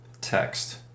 text